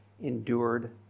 endured